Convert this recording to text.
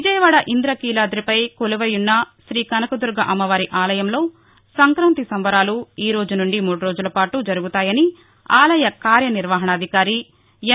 విజయవాడ ఇందకీలాదిపై కొలువైయున్న శ్రీకనకదుర్గ అమ్మవారి ఆలయంలో సంకాంతి సంబరాలు ఈరోజు నుండి మూడు రోజులపాటు జరుగుతాయని ఆలయ కార్యనిర్వాహణాధికారి ఎం